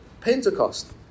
Pentecost